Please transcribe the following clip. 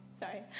sorry